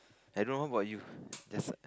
I don't know how about you there's